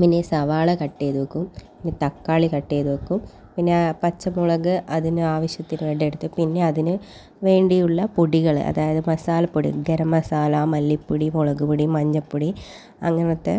പിന്നെ ഈ സവാള കട്ട് ചെയ്ത് വെക്കും ഇനി തക്കാളി കട്ട് ചെയ്ത് വെക്കും പിന്നെ ആ പച്ചമുളക് അതിനാവശ്യത്തിന് വേണ്ടി എടുത്ത് പിന്നെ അതിന് വേണ്ടിയുള്ള പൊടികൾ അതായത് മസാലപ്പൊടി ഗരംമസാല മല്ലിപ്പൊടി മുളക്പൊടി മഞ്ഞൾപ്പൊടി അങ്ങനത്തെ